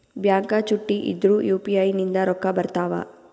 Bank ಚುಟ್ಟಿ ಇದ್ರೂ UPI ನಿಂದ ರೊಕ್ಕ ಬರ್ತಾವಾ?